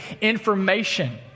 information